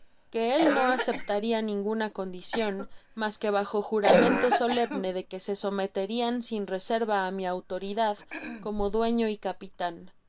que él no aceptaria ninguna condicion mas que bajo juramento solemne de que se someterian sin reserva á mi autoridad comodueíio y capitan